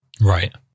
right